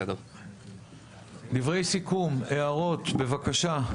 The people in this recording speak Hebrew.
דברי סיכום, הערות, בבקשה.